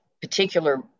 particular